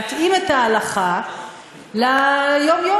להתאים את ההלכה ליום-יום.